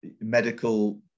Medical